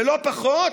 ולא פחות,